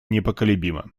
непоколебима